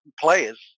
players